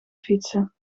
fietsen